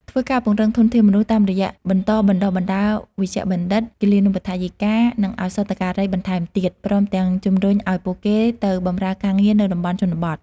ធ្វើការពង្រឹងធនធានមនុស្ស តាមរយះបន្តបណ្ដុះបណ្ដាលវេជ្ជបណ្ឌិត គិលានុបដ្ឋាយិកា និងឱសថការីបន្ថែមទៀត ព្រមទាំងជំរុញឱ្យពួកគេទៅបម្រើការងារនៅតំបន់ជនបទ។